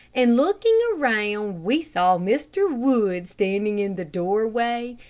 and looking around, we saw mr. wood standing in the doorway,